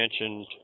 mentioned